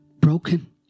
broken